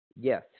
Yes